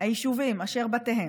"היישובים אשר בתיהם,